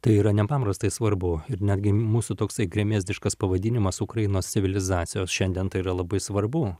tai yra nepaprastai svarbu ir netgi mūsų toksai gremėzdiškas pavadinimas ukrainos civilizacijos šiandien tai yra labai svarbu